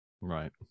right